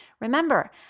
Remember